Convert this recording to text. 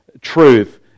truth